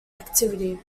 activity